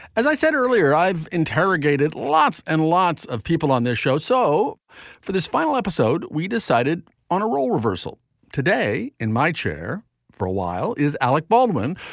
as i said earlier, i've interrogated lots and lots of people on their show, so for this final episode we decided on a role reversal today in my chair for a while. is alec baldwin,